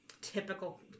Typical